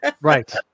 Right